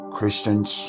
Christians